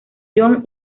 john